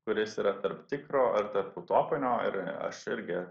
kuris yra tarp tikro ar tarp utopinio ir aš irgi